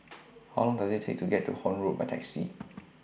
How Long Does IT Take to get to Horne Road By Taxi